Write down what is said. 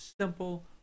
simple